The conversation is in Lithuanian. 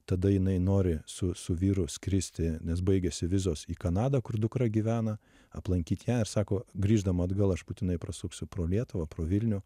tada jinai nori su su vyru skristi nes baigėsi vizos į kanadą kur dukra gyvena aplankyt ją ir sako grįždama atgal aš būtinai prasuksiu pro lietuvą pro vilnių